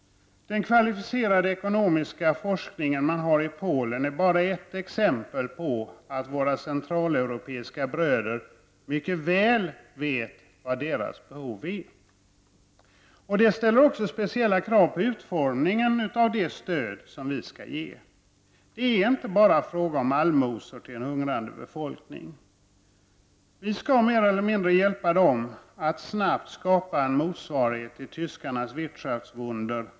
Den kvalificerade polska ekonomiska forskningen är bara ett exempel på att våra centraleuropeiska bröder mycket väl vet vilka deras behov är. Detta ställer också speciella krav på utformningen av det stöd som vi skall ge. Det är inte bara fråga om allmosor till en hungrande befolkning. Vi skall mer eller mindre hjälpa dessa länder att snabbt skapa en motsvarighet till tyskarnas Wirtschaftswunder.